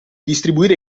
distribuire